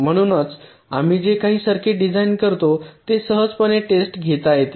म्हणूनच आम्ही जे काही सर्किट डिझाइन करतो ते सहजपणे टेस्ट घेता येतील